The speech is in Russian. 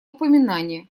упоминания